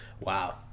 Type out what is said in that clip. Wow